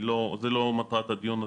זה לא מטרת הדיון,